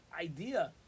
idea